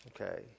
okay